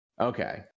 Okay